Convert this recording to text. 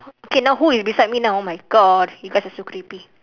okay now who is beside me now oh my god you guys are so creepy